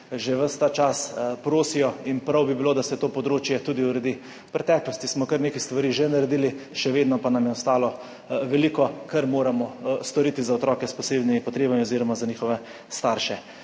že ves ta čas prosijo in prav bi bilo, da se to področje tudi uredi. V preteklosti smo kar nekaj stvari že naredili, še vedno pa nam je ostalo veliko, kar moramo storiti za otroke s posebnimi potrebami oziroma za njihove starše.